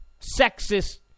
sexist